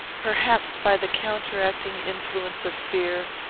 perhaps by the counteracting influence of fear,